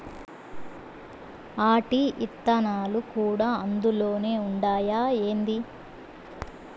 ఆటి ఇత్తనాలు కూడా అందులోనే ఉండాయా ఏంది